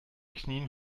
knien